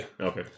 Okay